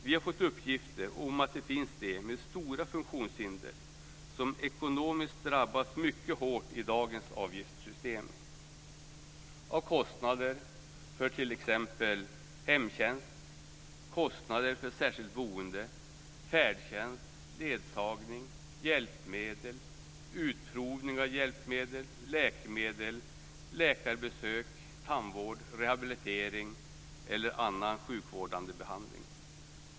Vi har fått uppgifter om att det finns de med stora funktionshinder som drabbas ekonomiskt mycket hårt i dagens avgiftssystem. De drabbas av kostnader för t.ex. hemtjänst, särskilt boende, färdtjänst, ledsagning, hjälpmedel, utprovning av hjälpmedel, läkemedel, läkarbesök, tandvård, rehabilitering eller annan sjukvårdande behandling.